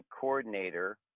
coordinator